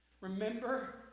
Remember